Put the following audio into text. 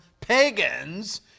pagans